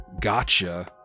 gotcha